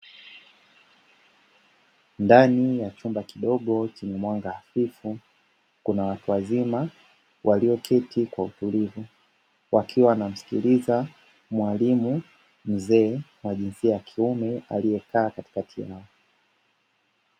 Ndani ya chumba kidogo chenye mwanga hafifu kuna watu wazima walioketi kwa utulivu wakiwa wanamsikiliza mwalimu mzee wa jinsia ya kiume aliyekaa katikati yao.